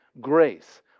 Grace